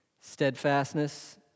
Steadfastness